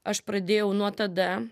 aš pradėjau nuo tada